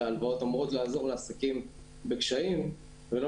הרי הלוואות אמורות לעזור לעסקים בקשיים ולא